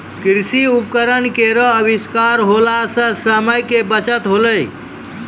कृषि उपकरण केरो आविष्कार होला सें समय के बचत होलै